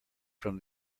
from